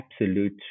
absolute